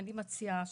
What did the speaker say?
אני מציעה